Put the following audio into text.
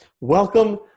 Welcome